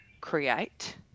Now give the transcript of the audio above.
create